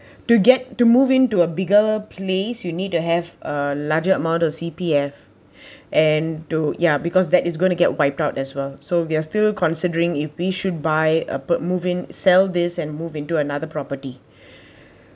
to get to move into a bigger place you need to have a larger amount of C_P_F and do ya because that is gonna get wiped out as well so we are still considering if we should buy a bu~ move in sell this and move into another property